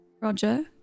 Roger